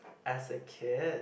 as a kid